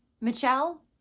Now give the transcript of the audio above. michelle